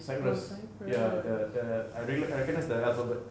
cyprus ya the the I rea~ I recognize the alphabet